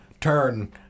turn